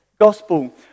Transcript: gospel